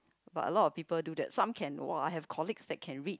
but a lot of people do that some can !wah! have colleagues that can read